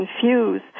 confuse